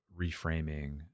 reframing